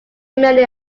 many